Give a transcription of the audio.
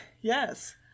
Yes